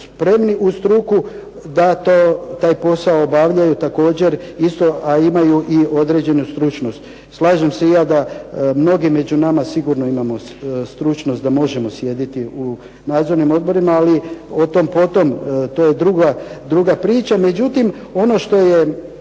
spremni uz struku da taj posao obavljaju također isto, a imaju i određenu stručnost. Slažem se i ja da mnogi među nama sigurno imamo stručnost da možemo sjediti u nadzornim odborima, ali o tom potom ali to je druga priča. Međutim, ono što je